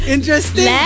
Interesting